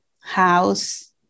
house